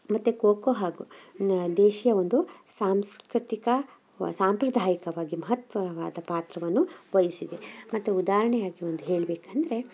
ಮತ್ತು ಕೋಕೋ ಹಾಗೂ ದೇಶಿಯ ಒಂದು ಸಾಂಸ್ಕೃತಿಕ ಸಾಂಪ್ರದಾಯಿಕವಾಗಿ ಮಹತ್ತರವಾದ ಪಾತ್ರವನ್ನು ವಹಿಸಿದೆ ಮತ್ತು ಉದಾಹರ್ಣೆಯಾಗಿ ಒಂದು ಹೇಳಬೇಕಂದ್ರೆ